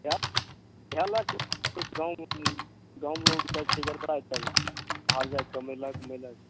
भैल गाँवमे गाँव शमे लोग की कहै छै गड़बड़ायल तब बाहर जाइके कमेलक उमेलक